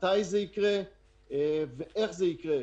מתי זה יקרה ואיך זה יקרה?